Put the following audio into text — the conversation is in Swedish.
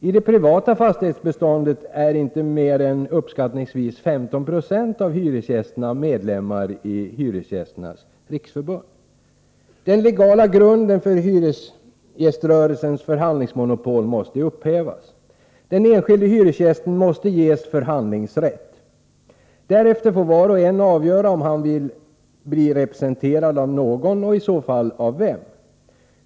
I det privata fastighetsbeståndet är inte mer än uppskattningsvis 15 90 av hyresgästerna medlemmar i Hyresgästernas riksförbund. Den legala grunden för Hyresgästernas riksförbunds förhandlingsmonopol måste upphävas. Den enskilde hyresgästen måste ges förhandlingsrätt. Därefter får var och en avgöra om han vill bli representerad av någon och i så fall av vem.